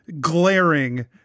glaring